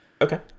Okay